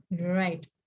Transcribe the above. right